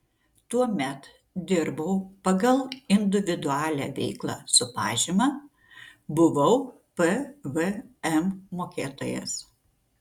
tuomet dirbau pagal individualią veiklą su pažyma buvau pvm mokėtojas